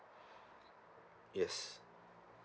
yes